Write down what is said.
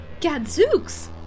Gadzooks